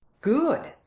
good!